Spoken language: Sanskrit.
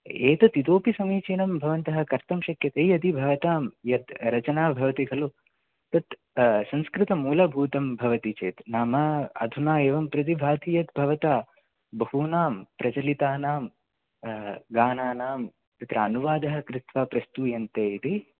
एतद् इतोऽपि समीचीनं भवन्तः कर्तुं शक्यते यदि भवतां यत् रचना भवति खलु तद् संस्कृतमूलभूतं भवति चेत् नाम अधुना एवं प्रतिभाति यत् भवता बहूनां प्रचलितानां गानानां तत्र अनुवादः कृत्वा प्रस्तूयन्ते इति